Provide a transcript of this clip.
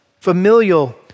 Familial